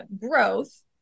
growth